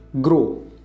grow